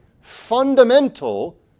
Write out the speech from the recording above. fundamental